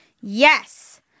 Yes